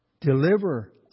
Deliver